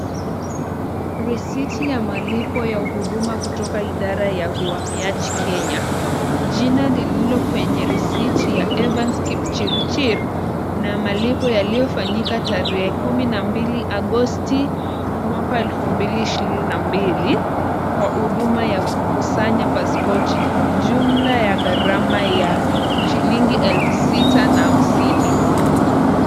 Risiti ya malipo ya huduma kutoka idara ya uhamiaji Kenya, jina lililo kwenye risiti ya Evans Kipchirchir na malipo yaliyofanyika tarehe kumi na mbili agosti mwaka wa elfu mbili ishirini na mbili kwa huduma ya kukusanya pasipoti. Jumla ya gharama ya shilingi elfu sita na hamsini.